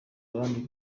abandi